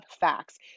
facts